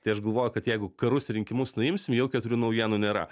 tai aš galvoju kad jeigu karus rinkimus nuimsim jau keturių naujienų nėra